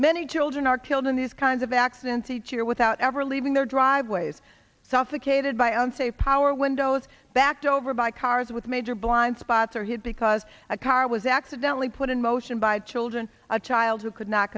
many children are killed in these kinds of accidents each year without ever leaving their driveways suffocated by on say power windows backed over by cars with major blind spots are hit because a car was accidentally put in motion by children a child who could not